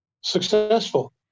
successful